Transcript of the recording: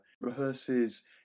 rehearses